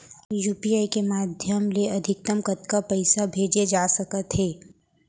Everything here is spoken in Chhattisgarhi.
यू.पी.आई के माधयम ले अधिकतम कतका पइसा भेजे जाथे सकत हे?